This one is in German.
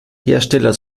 hersteller